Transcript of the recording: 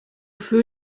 feu